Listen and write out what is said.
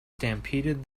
stampeded